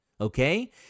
okay